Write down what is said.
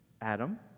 Adam